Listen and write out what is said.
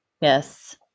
Yes